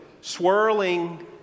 swirling